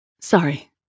Sorry